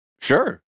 sure